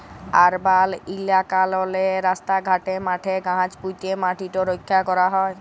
আরবাল ইলাকাললে রাস্তা ঘাটে, মাঠে গাহাচ প্যুঁতে ম্যাটিট রখ্যা ক্যরা হ্যয়